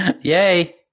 Yay